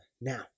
now